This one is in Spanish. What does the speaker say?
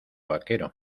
vaquero